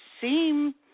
seem